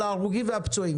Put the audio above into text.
ומטפל בנושא ההרוגים והפצועים?